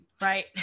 right